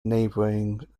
neighbouring